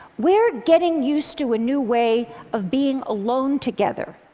we're getting used to a new way of being alone together.